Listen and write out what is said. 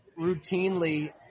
routinely